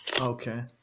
okay